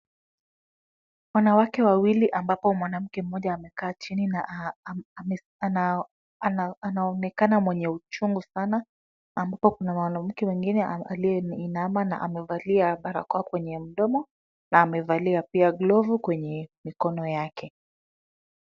Wanawake wawili ambapo mwanamke mmoja amekaa chini na anaonekana mwenye uchungu sana. Ambapo kuna mwanamke mwingine aliyeinama na amevalia barakoa kwenye mdomo na amevalia pia glovu kwenye mikono yake.